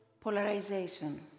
polarization